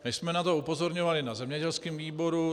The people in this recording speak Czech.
My jsme na to upozorňovali na zemědělském výboru.